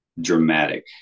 dramatic